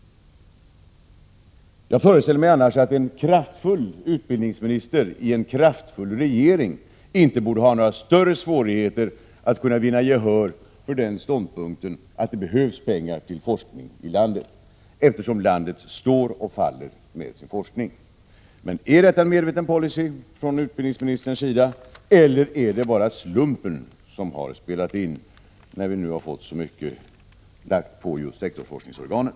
Jag föreställer mig annars att en kraftfull utbildningsminister i en kraftfull regering inte borde ha några större svårigheter att vinna gehör för ståndpunkten att det behövs pengar till forskning i landet, eftersom landet står och faller med sin forskning. Är detta en medveten policy från utbildningsministerns sida, eller är det bara slumpen som har spelat in, när vi nu har fått så mycket lagt på just sektorsforskningsorganen?